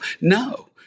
No